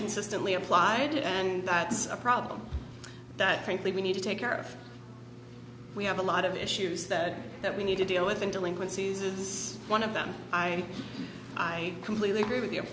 consistently applied and that's a problem that frankly we need to take care of we have a lot of issues that that we need to deal with and delinquencies it's one of them i i completely agree with you